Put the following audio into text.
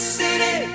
city